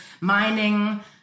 mining